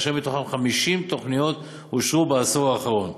כאשר מתוכן 50 תוכניות אושרו בעשור האחרון.